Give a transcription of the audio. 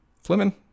Fleming